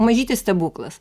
mažytis stebuklas